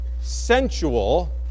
sensual